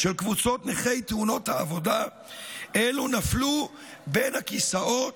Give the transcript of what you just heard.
קבוצות נכי תאונות העבודה אלו נפלו בין הכיסאות